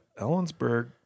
Ellensburg